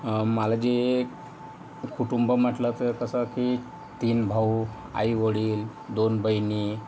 मला जे कुटुंब म्हटलं तर कसं की तीन भाऊ आईवडील दोन बहिणी